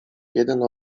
jeden